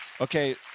Okay